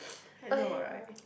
I know right